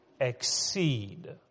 exceed